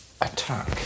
attack